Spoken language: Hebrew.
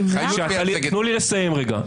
תנו לי לסיים רגע.